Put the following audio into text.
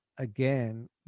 again